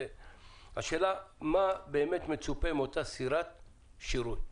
השאלה מה מצופה מאותה סירת שירות.